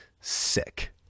sick